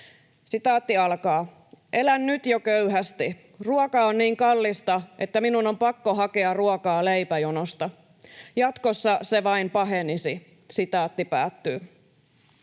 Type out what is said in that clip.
niukin naukin.” ”Elän nyt jo köyhästi. Ruoka on niin kallista, että minun on pakko hakea ruokaa leipäjonosta. Jatkossa se vain pahenisi.” ”Olen